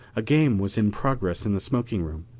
a game was in progress in the smoking room,